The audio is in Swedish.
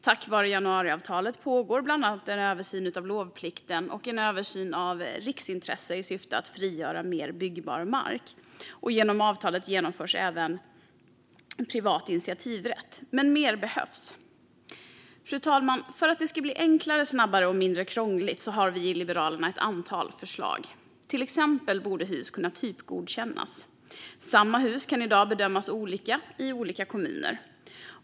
Tack vare januariavtalet pågår bland annat en översyn av lovplikten och en översyn av riksintressen i syfte att frigöra mer byggbar mark. Genom avtalet möjliggörs även privat initiativrätt. Men mer behövs. Fru talman! För att det ska bli enklare, gå snabbare och vara mindre krångligt har vi i Liberalerna ett antal förslag. Till exempel borde hus kunna typgodkännas. Samma hus kan i dag bedömas olika i olika kommuner.